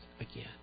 again